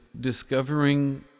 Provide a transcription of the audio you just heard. discovering